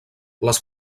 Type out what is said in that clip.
les